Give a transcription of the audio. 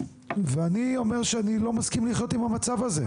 ואני אומר שאני לא מסכים לחיות עם המצב הזה.